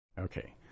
Okay